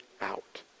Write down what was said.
out